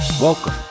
Welcome